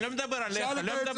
אני לא מדבר עליך.